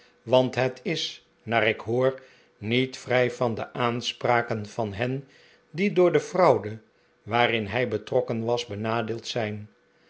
want het is naar ik hoor niet vrij van de aanspraken van hen die door de fraude waarin hij betrokken was benadeeld zijn